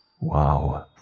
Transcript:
Wow